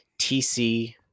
TC